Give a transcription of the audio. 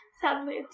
sadly